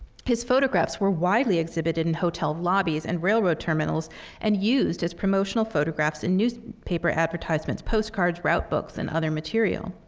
his photographs were widely exhibited in hotel lobbies and railroad terminals and used as promotional photographs in newspaper advertisements, postcards, route books, and other material.